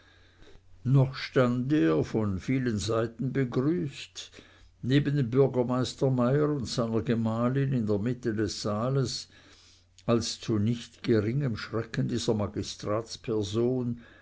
noch stand er von vielen seiten begrüßt neben dem bürgermeister meyer und seiner gemahlin in der mitte des saales als zu nicht geringem schrecken dieser